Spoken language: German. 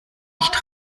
nicht